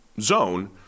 zone